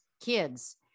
Kids